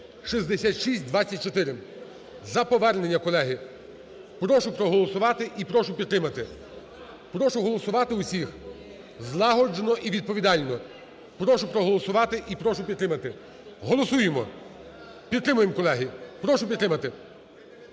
6624) за повернення, колеги. Прошу проголосувати і прошу підтримати. Прошу голосувати усіх злагоджено і відповідально. Прошу проголосувати і прошу підтримати. Голосуємо. Підтримуємо, колеги, Прошу підтримати